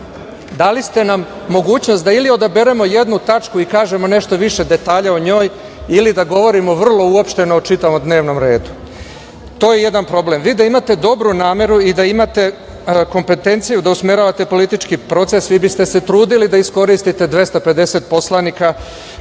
Dali ste nam mogućnost da ili odaberemo jednu tačku i kažemo nešto više detalja o njoj ili da govorimo vrlo uopšteno o čitavom dnevnom redu. To je jedan problem. Vi da imate dobru nameru i da imate kompetenciju da usmeravate politički proces, vi biste se trudili da iskoristite 250 poslanika